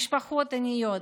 משפחות עניות,